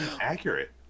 accurate